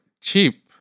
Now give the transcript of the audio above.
cheap